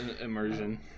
immersion